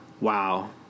Wow